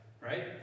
right